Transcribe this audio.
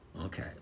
Okay